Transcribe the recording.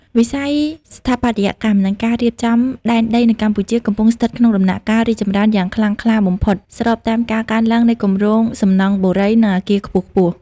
វិស័យស្ថាបត្យកម្ម និងការរៀបចំដែនដីនៅកម្ពុជា កំពុងស្ថិតក្នុងដំណាក់កាលរីកចម្រើនយ៉ាងខ្លាំងក្លាបំផុត ស្របតាមការកើនឡើងនៃគម្រោងសំណង់បុរី និងអគារខ្ពស់ៗ។